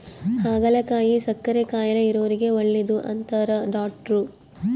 ಹಾಗಲಕಾಯಿ ಸಕ್ಕರೆ ಕಾಯಿಲೆ ಇರೊರಿಗೆ ಒಳ್ಳೆದು ಅಂತಾರ ಡಾಟ್ರು